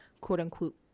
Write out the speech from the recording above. quote-unquote